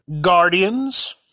Guardians